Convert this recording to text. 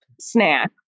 snack